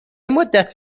مدت